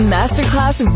Masterclass